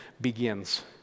begins